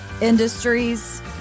industries